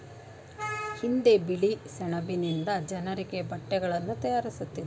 ಹಿಂದೆ ಬಿಳಿ ಸೆಣಬಿನಿಂದ ಜನರಿಗೆ ಬಟ್ಟೆಗಳನ್ನು ತಯಾರಿಸುತ್ತಿದ್ದರು